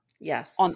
Yes